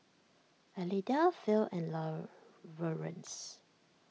Elida Phil and Lawerence